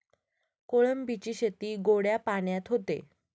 कोळंबीची शेती गोड्या पाण्यात होते